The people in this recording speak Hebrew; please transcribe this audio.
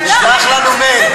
שלח לנו מייל.